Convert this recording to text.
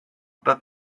but